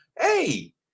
hey